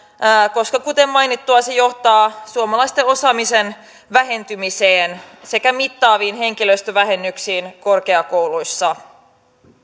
koska kuten mainittua se johtaa suomalaisten osaamisen vähentymiseen sekä mittaviin henkilöstövähennyksiin korkeakouluissa